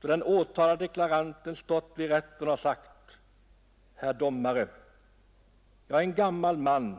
där den åtalade deklaranten stått i rätten och sagt: Herr domare! Jag är en gammal man.